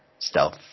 Stealth